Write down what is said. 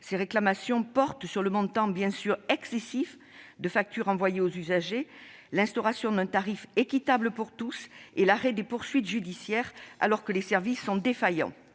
Ses réclamations portent sur le montant excessif des factures envoyées aux usagers, l'instauration d'un tarif équitable pour tous et l'arrêt des poursuites judiciaires, alors que les services sont défaillants.